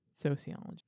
sociology